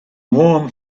warm